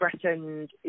threatened